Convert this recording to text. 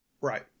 Right